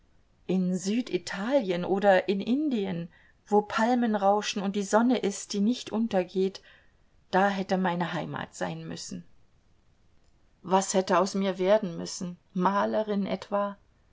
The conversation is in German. in süditalien oder in indien wo palmen rauschen und die sonne ist die nicht untergeht da hätte meine heimat sein müssen was hätte aus mir werden müssen malerin etwa